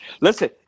Listen